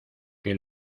que